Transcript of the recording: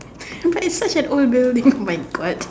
it's such it's such an old building my God